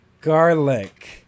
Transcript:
Garlic